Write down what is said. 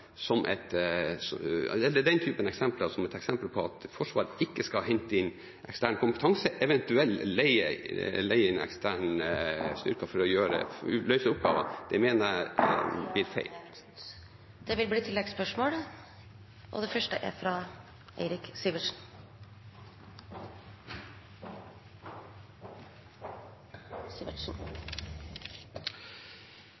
den typen eksempel som et eksempel på at Forsvaret ikke skal hente inn ekstern kompetanse, eventuelt leie inn eksterne styrker for å løse oppgaver, mener jeg blir feil. Det blir oppfølgingsspørsmål – først Eirik Sivertsen. Forsvaret av landet er